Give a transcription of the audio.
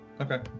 Okay